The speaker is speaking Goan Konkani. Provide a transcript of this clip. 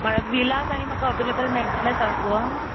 म्हळ्यार विलास आनी म्हाका अवेलेबल मेळटलें सावथ गोवा